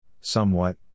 somewhat